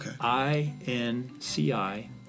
I-N-C-I